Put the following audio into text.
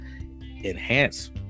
enhance